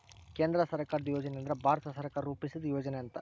ಕೇಂದ್ರ ಸರ್ಕಾರದ್ ಯೋಜನೆ ಅಂದ್ರ ಭಾರತ ಸರ್ಕಾರ ರೂಪಿಸಿದ್ ಯೋಜನೆ ಅಂತ